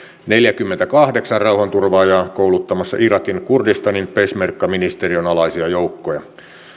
neljäkymmentäkahdeksan rauhanturvaajaa kouluttamassa irakin kurdistanin peshmerga ministeriön alaisia joukkoja